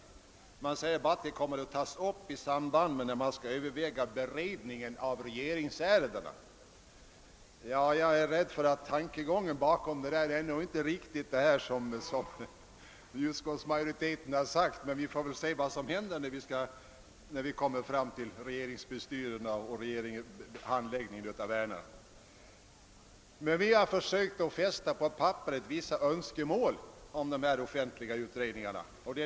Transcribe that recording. Majoriteten säger bara att frågan kommer att tas upp i samband med att man överväger beredningen av regeringsärenden. Jag är rädd för att tankegången bakom detta uttalande inte riktigt är den som framkommer i utskottsutlåtandet. Men vi får väl se vad som händer i beredningen. Vi reservanter har försökt att på papperet fästa vissa önskemål beträffande de offentliga utredningarna.